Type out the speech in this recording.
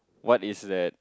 what is that